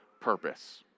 purpose